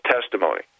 testimony